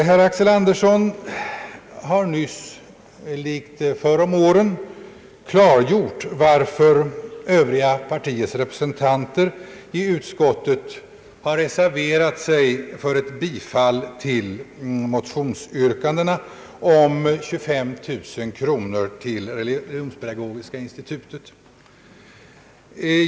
Herr Axel Andersson har nyss, liksom förr om åren, klargjort varför övriga partiers representanter i utskottet har reserverat sig för ett bifall till motionsyrkandena om ett anslag på 25 000 kronor till Religionspedagogiska institutet.